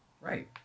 Right